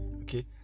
okay